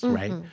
right